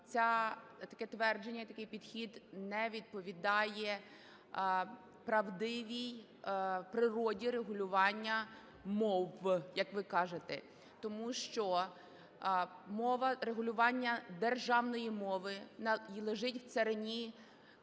таке твердження, такий підхід не відповідає правдивій природі регулювання мов, як ви кажете. Тому що мова… регулювання державної мови лежить в царині державного